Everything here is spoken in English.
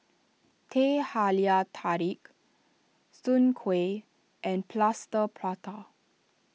Teh Halia Tarik Soon Kueh and Plaster Prata